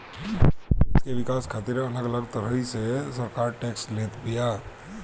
देस के विकास खातिर अलग अलग तरही से सरकार टेक्स लेत बिया